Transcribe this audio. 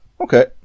Okay